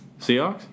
Seahawks